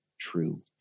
true